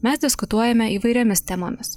mes diskutuojame įvairiomis temomis